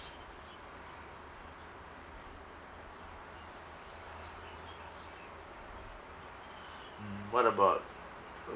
mm what about